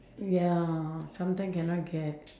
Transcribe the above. ya sometimes cannot get